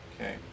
Okay